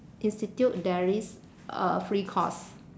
institute there is a free course